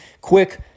Quick